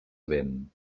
vent